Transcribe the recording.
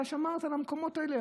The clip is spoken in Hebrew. אתה שמרת על המקומות האלה,